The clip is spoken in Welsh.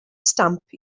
stamp